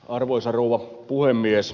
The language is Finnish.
arvoisa rouva puhemies